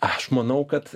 aš manau kad